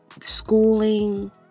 schooling